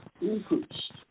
increased